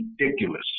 ridiculous